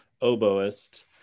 oboist